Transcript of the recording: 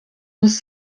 muss